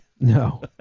no